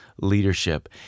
leadership